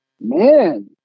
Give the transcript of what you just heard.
man